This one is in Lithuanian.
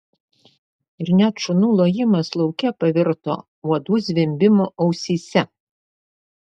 ir net šunų lojimas lauke pavirto uodų zvimbimu ausyse